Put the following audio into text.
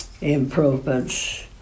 improvements